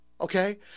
okay